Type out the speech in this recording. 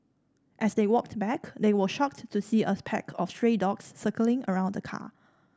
as they walked back they were shocked to see a pack of stray dogs circling around the car